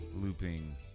looping